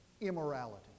immorality